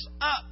up